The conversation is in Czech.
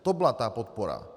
To byla ta podpora.